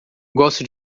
gosto